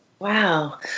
Wow